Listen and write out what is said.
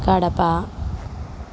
Kadapa